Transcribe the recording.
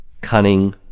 cunning